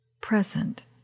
present